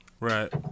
Right